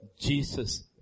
Jesus